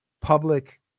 public